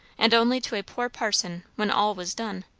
and only to a poor parson when all was done!